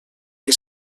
que